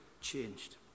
changed